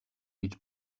гэж